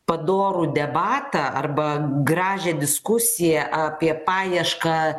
padorų debatą arba gražią diskusiją apie paiešką